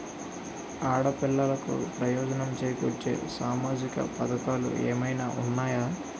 ఆడపిల్లలకు ప్రయోజనం చేకూర్చే సామాజిక పథకాలు ఏమైనా ఉన్నాయా?